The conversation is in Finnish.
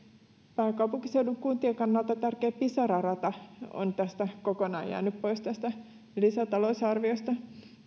pääkaupunkiseudun kuntien kannalta tärkeä pisara rata on kokonaan jäänyt pois tästä lisätalousarviosta ne